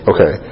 Okay